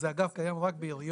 זה אגב קיים רק בעיריות,